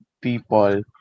people